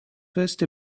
first